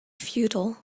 futile